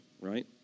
right